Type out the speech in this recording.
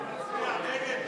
האם תצביע נגד?